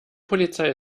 polizei